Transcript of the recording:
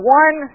one